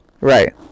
Right